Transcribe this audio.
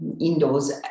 indoors